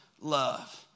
love